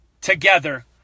together